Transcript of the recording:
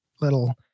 little